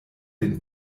den